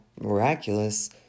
miraculous